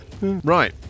Right